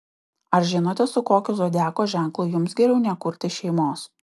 ar žinote su kokiu zodiako ženklu jums geriau nekurti šeimos